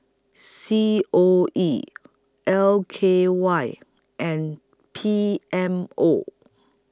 C O E L K Y and P M O